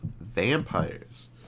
vampires